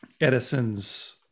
edison's